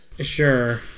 Sure